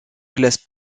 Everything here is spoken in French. classe